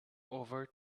over